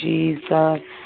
Jesus